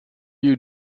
you